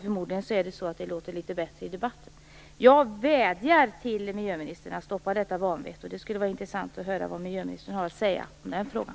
Förmodligen låter det litet bättre i debatten. Jag vädjar till miljöministern att stoppa detta vanvett, och det skulle vara intressant att höra vad miljöministern har att säga i den frågan.